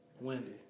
Wendy